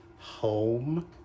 home